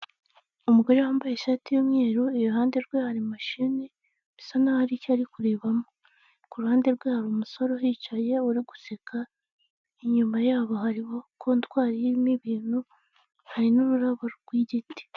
Umugore wambaye ishati y'umweru iruhande rwe hari mashini, bisa naho hari icyo ari kurebamo, ku ruhande rwabo hari umusore uhicaye uri guseka inyuma yabo harimo kontwari y'ibintu hari n'ururabo rw'igiti.